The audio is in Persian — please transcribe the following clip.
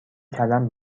کلم